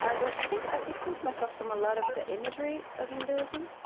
ah but i think i've distanced myself from a lot of the imagery of hinduism,